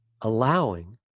allowing